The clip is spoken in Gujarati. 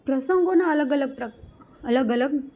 પ્રસંગોના અલગ અલગ અલગ અલગ